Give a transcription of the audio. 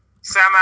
Sam